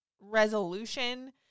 resolution